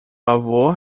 avô